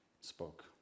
spoke